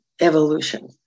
evolution